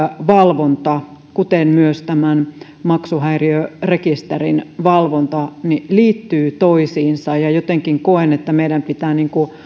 valvonta kuten myös maksuhäiriörekisterin valvonta liittyy toisiinsa ja jotenkin koen että meidän pitää